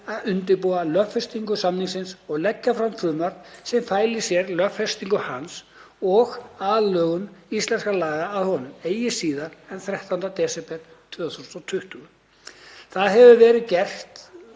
að undirbúa lögfestingu samningsins og leggja fram frumvarp sem fæli í sér lögfestingu hans og aðlögun íslenskra laga að honum eigi síðar en 13. desember 2020. Það hefur ekki verið gert